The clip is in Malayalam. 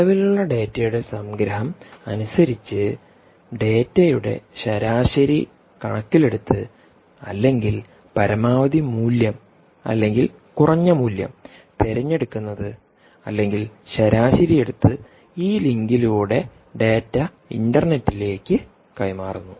നിലവിലുള്ള ഡാറ്റയുടെ സംഗ്രഹം അനുസരിച്ച് ഡാറ്റയുടെ ശരാശരി കണക്കിലെടുത്ത് അല്ലെങ്കിൽ പരമാവധി മൂല്യം അല്ലെങ്കിൽ കുറഞ്ഞ മൂല്യം തിരഞ്ഞെടുക്കുന്നത് അല്ലെങ്കിൽ ശരാശരി എടുത്ത് ഈ ലിങ്കിലൂടെ ഡാറ്റ ഇന്റർനെറ്റിലേക്ക്കൈമാറുന്നു